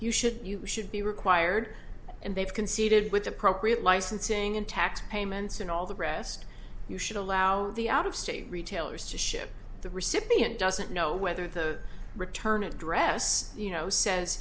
you should you should be required and they've conceded with appropriate licensing and tax payments and all the rest you should allow the out of state retailers to ship the recipient doesn't know whether the return address you know says